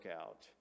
out